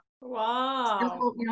Wow